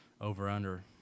over-under